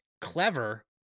clever